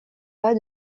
pas